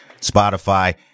Spotify